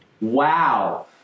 Wow